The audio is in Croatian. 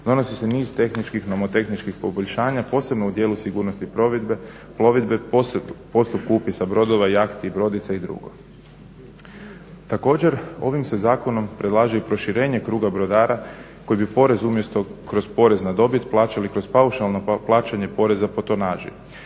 donosi se niz tehničkih, nomotehnički poboljšanja posebno u dijelu sigurnosti plovidbe, postupku upisa brodova, jahti, brodica i drugo. Također, ovim se zakonom predlaže i proširenje kruga brodara koji bi porez umjesto kroz porez na dobit, plaćali kroz paušalno plaćanje poreza po tonaži,